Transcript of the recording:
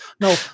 No